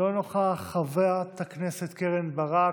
לא נוכח, חברת הכנסת קרן ברק,